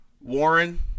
Warren